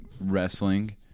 wrestling